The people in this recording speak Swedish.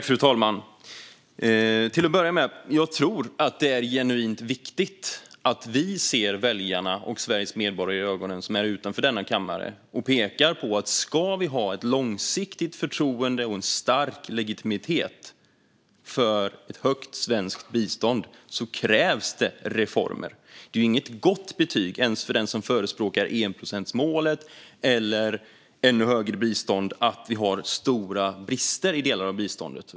Fru talman! Till att börja med tror jag att det är genuint viktigt att vi ser väljarna och Sveriges medborgare utanför denna kammare i ögonen och pekar på att ska vi ha ett långsiktigt förtroende och en stark legitimitet för ett högt svenskt bistånd krävs det reformer. Det är inget gott betyg, inte ens för den som förespråkar enprocentsmålet eller ännu högre bistånd, att vi har stora brister i delar av biståndet.